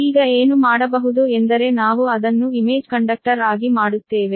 ಈಗ ಏನು ಮಾಡಬಹುದು ಎಂದರೆ ನಾವು ಅದನ್ನು ಇಮೇಜ್ ಕಂಡಕ್ಟರ್ ಆಗಿ ಮಾಡುತ್ತೇವೆ